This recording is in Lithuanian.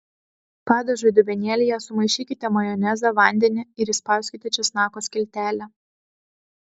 padažui dubenėlyje sumaišykite majonezą vandenį ir įspauskite česnako skiltelę